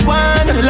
one